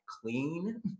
clean